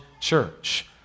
church